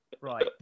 Right